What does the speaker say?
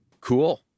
Cool